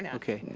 and okay.